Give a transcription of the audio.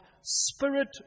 spirit